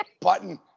button